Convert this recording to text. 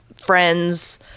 friends